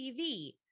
TV